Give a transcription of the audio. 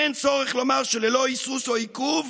אין צורך לומר שללא היסוס או עיכוב,